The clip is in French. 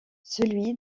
celui